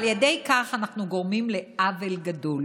על ידי כך אנחנו גורמים לעוול גדול.